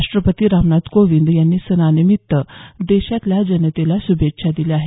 राष्ट्रपती रामनाथ कोविंद यांनी सणानिमित्त देशातल्या जनतेला शुभेच्छा दिल्या आहेत